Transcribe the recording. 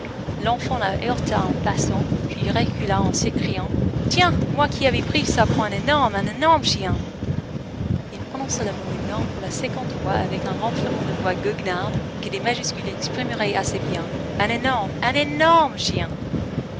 l'enfant la heurta en passant puis recula en s'écriant tiens moi qui avait pris ça pour un énorme un énorme chien il prononça le mot énorme pour la seconde fois avec un renflement de voix goguenarde que des majuscules exprimeraient assez bien un énorme un énorme chien